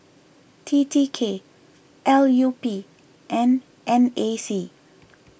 T T K L U P and N A C